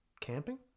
camping